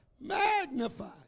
Magnify